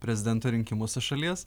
prezidento rinkimuose šalies